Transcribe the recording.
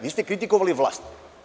Vi ste kritikovali vlast.